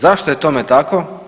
Zašto je tome tako?